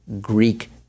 Greek